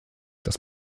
das